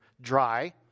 dry